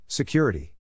Security